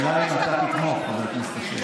השאלה היא אם אתה תתמוך, חבר הכנסת אשר.